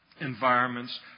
environments